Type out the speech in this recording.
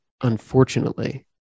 unfortunately